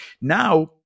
now